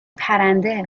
پرنده